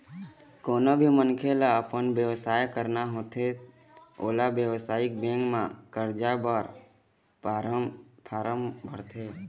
कोनो भी मनखे ल अपन बेवसाय करना होथे त ओला बेवसायिक बेंक म करजा बर फारम भरथे